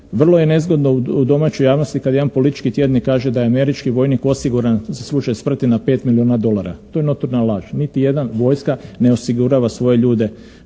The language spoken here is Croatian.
Vrlo je nezgodno u domaćoj javnosti kad jedan politički tjednik kaže da je američki vojnik osiguran za slučaj smrti na 5 milijuna dolara. To je notorna laž. Niti jedna vojska ne osigurava svoje ljude.